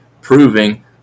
proving